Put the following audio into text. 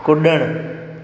कुड॒णु